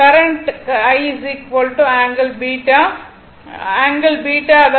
current I angle β